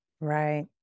Right